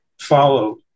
follow